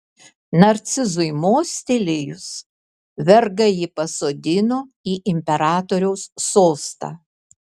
narcizui mostelėjus vergai jį pasodino į imperatoriaus sostą